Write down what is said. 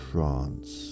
France